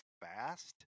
fast